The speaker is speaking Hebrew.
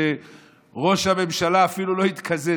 שראש הממשלה אפילו התקזז.